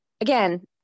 again